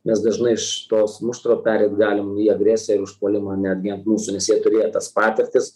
mes dažnai iš tos muštro pereit galim į agresiją ir užpuolimą netgi ant mūsų nes jie turėję tas patirtis